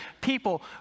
people